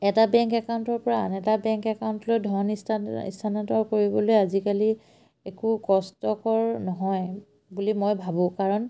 এটা বেংক একাউণ্টৰপৰা আন এটা বেংক একাউণ্টলৈ ধন স্থানান্তৰ কৰিবলৈ আজিকালি একো কষ্টকৰ নহয় বুলি মই ভাবোঁ কাৰণ